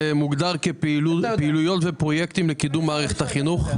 זה מוגדר כפעילויות ופרויקטים לקידום מערכת החינוך.